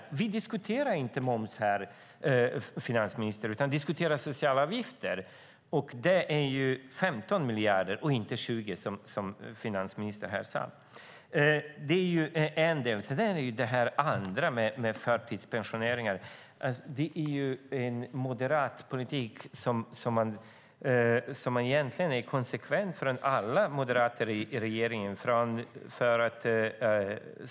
Men vi diskuterar inte moms här, finansministern, utan vi diskuterar sociala avgifter, och det är 15 miljarder, inte 20 miljarder som finansministern sade. Det är den ena delen. Sedan har vi det andra, med förtidspensioneringar. Det är en moderat politik som egentligen är konsekvent från alla moderater i regeringen.